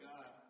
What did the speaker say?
God